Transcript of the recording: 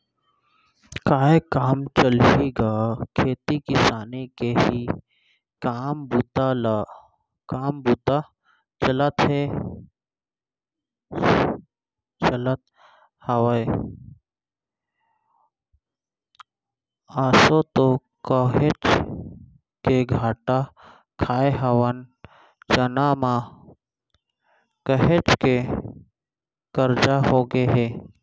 काय काम चलही गा खेती किसानी के ही काम बूता चलत हवय, आसो तो काहेच के घाटा खाय हवन चना म, काहेच के करजा होगे हे